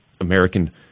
American